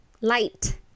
Light